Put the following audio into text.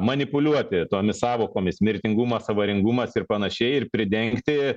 manipuliuoti tomis sąvokomis mirtingumas avaringumas ir panašiai ir pridengti